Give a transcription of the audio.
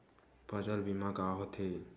फसल बीमा का होथे?